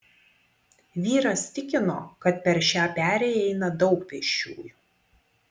vyras tikino kad per šią perėją eina daug pėsčiųjų